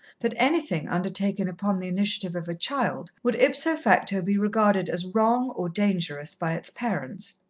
that anything undertaken upon the initiative of a child would ipso facto be regarded as wrong or dangerous by its parents.